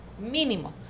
mínimo